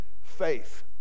faith